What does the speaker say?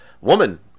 woman